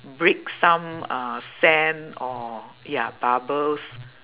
break some uh sand or ya bubbles